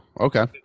Okay